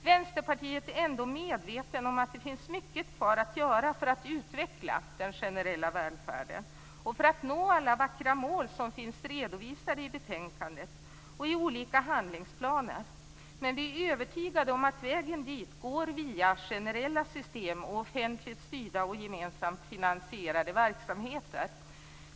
Vänsterpartiet är ändå medvetet om att det finns mycket kvar att göra för att utveckla den generella välfärden och för att nå alla vackra mål som finns redovisade i betänkandet och i olika handlingsplaner, men vi är övertygade om att vägen dit går via generella system och offentligt styrda och gemensamt finansierade verksamheter.